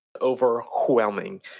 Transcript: overwhelming